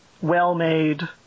well-made